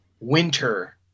winter